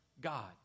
God